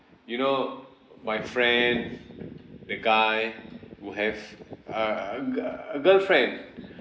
you know my friends the guy will have a g~ a girlfriend